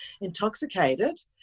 intoxicated